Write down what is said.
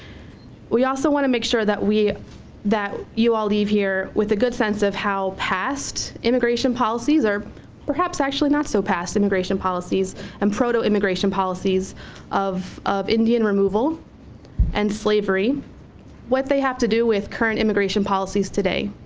we also want to make sure that we that you all leave here with a good sense of how past immigration policies or perhaps actually not so past immigration policies and proto immigration policies of of indian removal and slavery what they have to do with current immigration policies today.